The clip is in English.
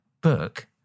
book